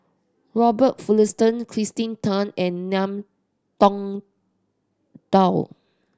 Robert Fullerton Kirsten Tan and Ngiam Tong Dow